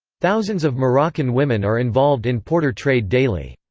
thousands of moroccan women are involved in porter trade daily.